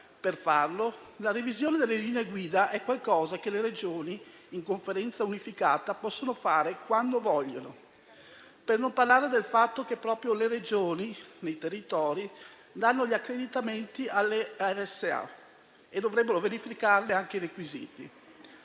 per farlo: la revisione delle linee guida, infatti, è qualcosa che le Regioni, in Conferenza unificata, possono fare quando vogliono. Peraltro, proprio le Regioni nei territori danno gli accreditamenti alle RSA e dovrebbero verificarne anche i requisiti.